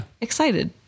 excited